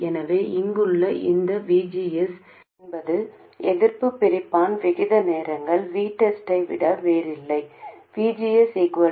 எனவே இங்குள்ள இந்த VGS என்பது எதிர்ப்புப் பிரிப்பான் விகித நேரங்கள் VTEST யைத் தவிர வேறில்லைVGS Rs RG RsVTEST